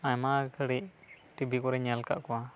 ᱟᱭᱢᱟ ᱜᱷᱟᱹᱲᱤᱡ ᱴᱤᱵᱷᱤ ᱠᱚᱨᱮᱧ ᱧᱮᱞ ᱟᱠᱟᱫ ᱠᱚᱣᱟ